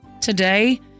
Today